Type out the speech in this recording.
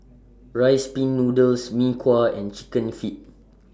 Rice Pin Noodles Mee Kuah and Chicken Feet